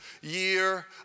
year